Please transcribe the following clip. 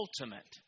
ultimate